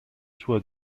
sua